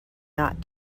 not